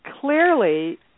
clearly